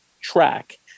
track